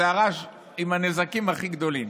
זה הרעש עם הנזקים הכי גדולים.